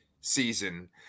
season